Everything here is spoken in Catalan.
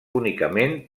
únicament